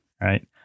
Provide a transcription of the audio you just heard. right